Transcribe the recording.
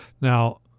Now